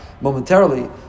momentarily